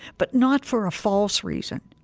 but not for a false reason.